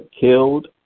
killed